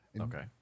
Okay